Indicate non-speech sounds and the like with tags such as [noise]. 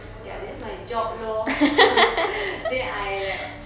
ya that's my job lor [laughs] then I like